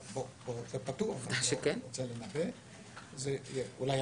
אבל זה פתוח, אני לא רוצה לנבא.